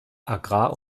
agrar